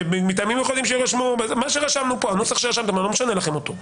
"מטעמים מיוחדים שיירשמו" מה שרשמתם פה אני לא משנה לכם אותו.